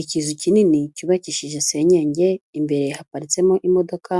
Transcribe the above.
Ikizu kinini cyubakishije senyege, imbere haparitsemo imodoka